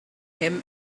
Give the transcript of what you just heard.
him